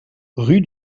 rue